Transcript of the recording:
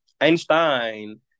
Einstein